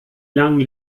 lang